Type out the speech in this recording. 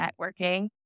networking